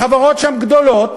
החברות שם גדולות